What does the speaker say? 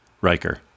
Riker